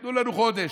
תנו לנו חודש,